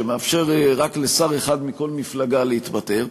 שמאפשר רק לשר אחד מכל מפלגה להתפטר.